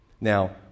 Now